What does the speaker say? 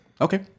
Okay